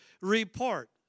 report